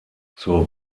zur